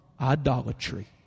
idolatry